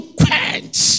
quench